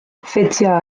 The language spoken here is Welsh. fideo